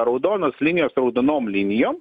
raudonos linijos raudonom linijom